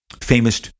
famous